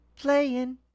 playing